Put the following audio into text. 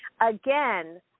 Again